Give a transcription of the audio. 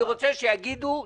אני רוצה שיגידו תשובה.